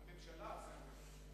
הממשלה היא המלך.